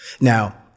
Now